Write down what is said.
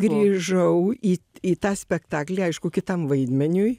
grįžau į t į tą spektaklį aišku kitam vaidmeniui